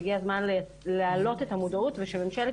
והגיע הזמן להעלות את המודעות ושממשלת